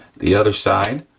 the other side,